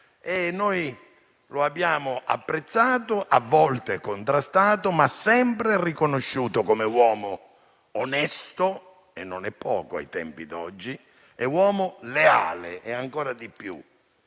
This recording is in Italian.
Noi lo abbiamo apprezzato, a volte contrastato, ma sempre riconosciuto come uomo onesto, e non è poco ai tempi d'oggi, e come uomo leale: e ancora di più,